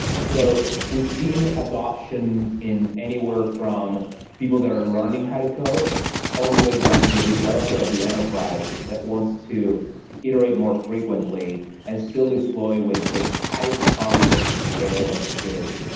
so we've seen adaption in anywhere from people that are learning how to code all the way down to the developer at the enterprise that wants to iterate more frequently and still deploy with the highest confidence in scale and security.